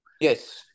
Yes